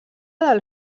del